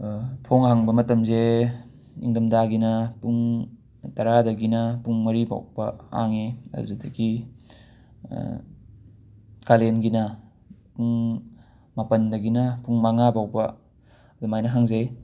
ꯊꯣꯡ ꯍꯥꯡꯕ ꯃꯇꯝꯖꯦ ꯏꯪꯗꯝꯗꯥꯒꯤꯅ ꯄꯨꯡ ꯇꯔꯥꯗꯒꯤꯅ ꯄꯨꯡ ꯃꯔꯤꯕꯧꯕ ꯍꯥꯉꯦ ꯑꯗꯨꯗꯒꯤ ꯀꯥꯂꯦꯟꯒꯤꯅ ꯄꯨꯡ ꯃꯥꯄꯟꯗꯒꯤꯅ ꯄꯨꯡ ꯃꯉꯥꯕꯧꯕꯥ ꯑꯗꯨꯃꯥꯏꯅ ꯍꯥꯡꯖꯩ